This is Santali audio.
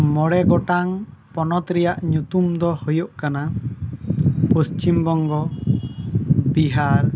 ᱢᱚᱬᱮ ᱜᱚᱴᱟᱝ ᱯᱚᱱᱚᱛ ᱨᱮᱭᱟᱜ ᱧᱩᱛᱩᱢ ᱫᱚ ᱦᱩᱭᱩᱜ ᱠᱟᱱᱟ ᱯᱚᱥᱪᱷᱤᱢ ᱵᱚᱝᱜᱚ ᱵᱤᱦᱟᱨ